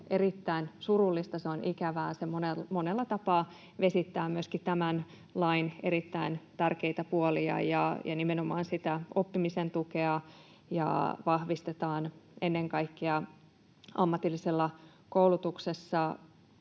erittäin surullista. Se on ikävää. Se monella tapaa vesittää myöskin tämän lain erittäin tärkeitä puolia, nimenomaan sitä oppimisen tukea, ja vahvistetaan ennen kaikkea ammatillisessa koulutuksessa